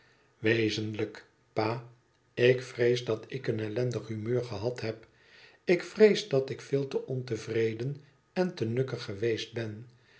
wezenlijk pa ik vrees dat ik een ellendig humeur gehad heb ik nees dat ik veel te ontevreden en te nukkig geweest ben